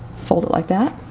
fold it like that,